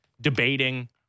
debating